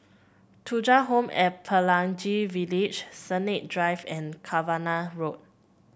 Thuja Home at Pelangi Village Sennett Drive and Cavenagh Road